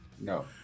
No